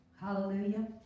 Hallelujah